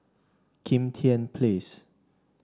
Kim Tian Place